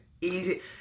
Easy